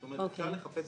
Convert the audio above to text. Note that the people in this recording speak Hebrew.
זאת אומרת אפשר לחפש